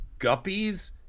guppies